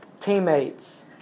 teammates